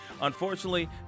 Unfortunately